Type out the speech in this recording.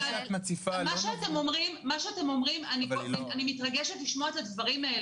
אני מתרגשת לשמוע את הדברים האלה,